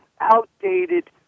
outdated